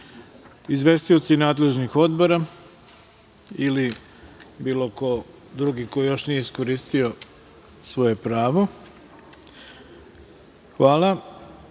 izvestioci nadležnih odbora ili bilo ko drugi ko još nije iskoristio svoje pravo?